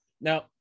Now